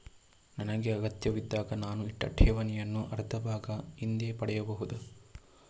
ನನಗೆ ಅಗತ್ಯವಿದ್ದಾಗ ನಾನು ಇಟ್ಟ ಠೇವಣಿಯ ಅರ್ಧಭಾಗ ಹಿಂದೆ ಪಡೆಯಬಹುದಾ?